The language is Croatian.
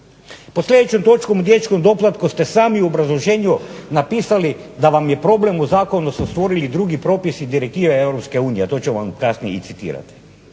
Pod sljedećom točkom o dječjem doplatku ste sami u obrazloženju napisali da vam je problem, u zakonu su stvorili drugi propisi, direktive Europske unije, a to ću vam kasnije i citirati.